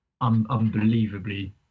unbelievably